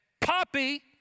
Poppy